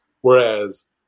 Whereas